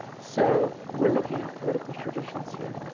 so we're looking at political traditions here.